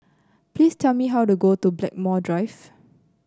please tell me how to go to Blackmore Drive